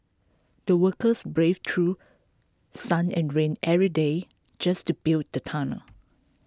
the workers braved through sun and rain every day just to build the tunnel